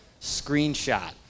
screenshot